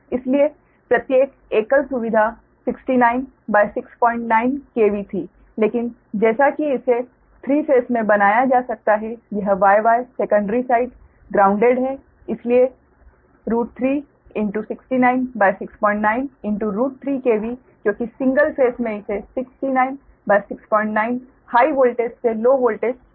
इसलिए प्रत्येक एकल सुविधा 6969 KV थी लेकिन जैसा कि इसे थ्री फेस में बनाया जा सकता है यह Y Y secondary side grounded है इसलिए 3 69⁄ 69 3 KV क्योंकि सिंगल फेस में इसे 69 69 हाइ वोल्टेज से लो वोल्टेज दिया गया था